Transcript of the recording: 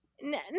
no